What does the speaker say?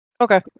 okay